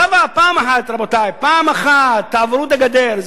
אז פעם אחת, רבותי, פעם אחת תעברו את הגדר.